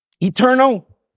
Eternal